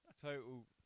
Total